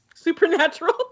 Supernatural